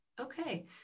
Okay